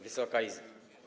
Wysoka Izbo!